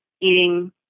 eating